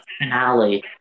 finale